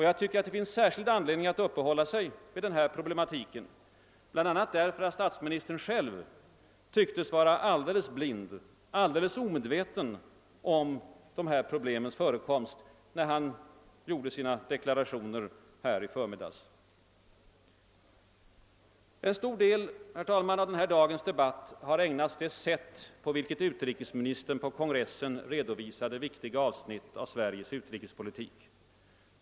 Jag tycker att det finns särskild anledning att uppehålla sig vid den här problematiken, bland annat därför att statsministern själv tycktes vara alldeles blind, alldeles omedveten om dessa problems förekomst när han gjorde sina deklarationer här i förmiddags. En stor del av denna dags debatt har, herr talman, ägnats det sätt på vilket utrikesministern på kongressen redovisade viktiga avsnitt av Sveriges utrikespolitik.